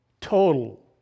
Total